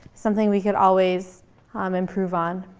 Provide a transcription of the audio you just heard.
something we could always um improve on.